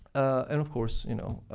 and of course, you know,